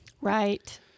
Right